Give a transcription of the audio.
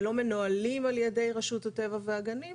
ולא מנוהלים על ידי רשות הטבע והגנים,